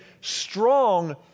strong